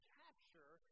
capture